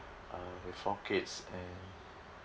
uh with four kids and